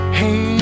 hey